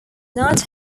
not